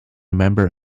member